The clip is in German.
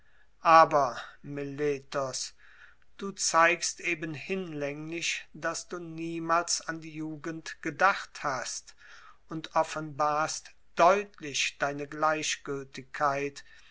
aber meletos du zeigst eben hinlänglich daß du niemals an die jugend gedacht hast und offenbarst deutlich deine gleichgültigkeit